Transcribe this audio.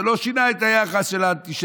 זה לא שינה את היחס של האנטישמיות.